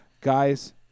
Guys